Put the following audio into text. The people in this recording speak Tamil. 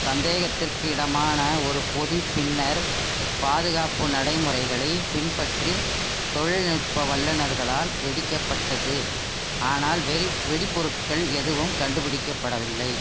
சந்தேகத்திற்கிடமான ஒரு பொதி பின்னர் பாதுகாப்பு நடைமுறைகளைப் பின்பற்றி தொழில்நுட்ப வல்லுநர்களால் வெடிக்கப்பட்டது ஆனால் வெறி வெடிப் பொருட்கள் எதுவும் கண்டுபிடிக்கப்படவில்லை